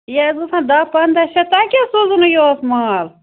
یہِ حظ گژھان دَہ پَنٛداہ شَتھ تۄہہِ کیٛازِ سوٗزُو نہٕ یِہُس مال